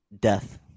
death